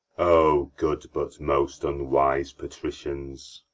o good, but most unwise patricians!